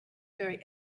very